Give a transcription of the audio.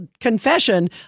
confession